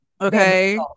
okay